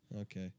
Okay